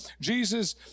jesus